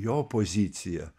jo poziciją